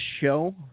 show